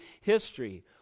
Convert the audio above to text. history